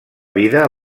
vida